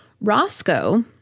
Roscoe